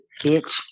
bitch